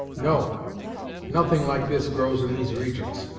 no nothing like this grows in these regions,